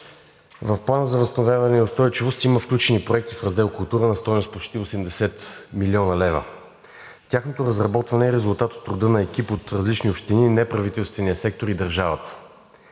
В Плана за възстановяване и устойчивост има включени проекти в раздел „Култура“ на стойност почти 80 млн. лв. Тяхното разработване е резултат от труда на екип от различни общини, неправителствения сектор и държавата.